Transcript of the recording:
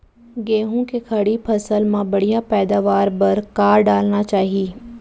गेहूँ के खड़ी फसल मा बढ़िया पैदावार बर का डालना चाही?